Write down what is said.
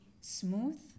smooth